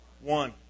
One